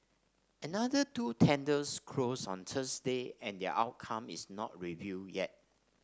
another two tenders closed on Thursday and their outcome is not revealed yet